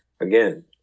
Again